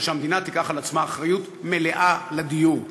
וזה שהמדינה תיקח על עצמה אחריות מלאה לדיור.